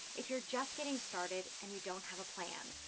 if you're just getting started and you don't have a plan.